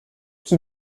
qui